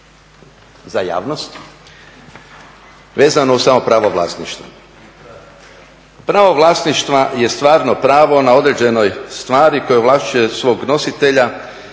za javnost vezano uz samo pravo vlasništva. Pravo vlasništva je stvarno pravo na određenoj stvari koja ovlašćuje svog nositelja